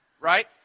right